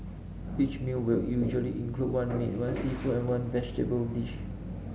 each meal will usually include one meat one seafood and one vegetable dish